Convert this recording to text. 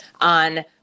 on